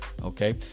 Okay